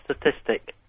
statistic